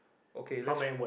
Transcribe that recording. okay let's